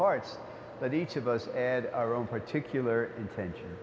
hearts that each of us had our own particular intention